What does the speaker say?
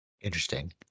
Interesting